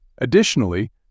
Additionally